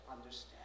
understand